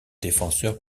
défenseur